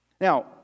Now